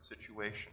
situation